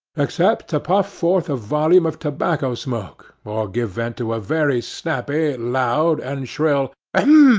except to puff forth a volume of tobacco smoke, or give vent to a very snappy, loud, and shrill hem!